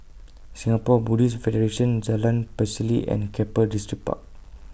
Singapore Buddhist Federation Jalan Pacheli and Keppel Distripark